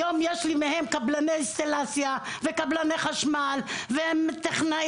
היום יש לי מהם קבלני אינסטלציה וקבלני חשמל וטכנאים,